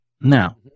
Now